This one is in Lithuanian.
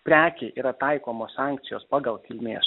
prekei yra taikomos sankcijos pagal kilmės